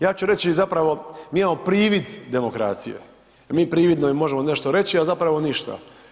Ja ću reći zapravo, mi imamo privid demokracije, mi prividno i možemo nešto reći, a zapravo ništa.